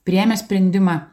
priėmę sprendimą